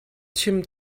chim